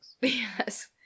Yes